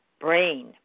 brain